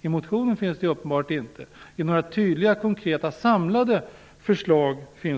I motionen finns det uppenbarligen ingenting av detta, liksom inte heller i några samlade konkreta förslag. När